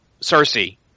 Cersei